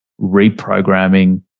reprogramming